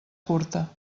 curta